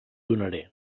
donaré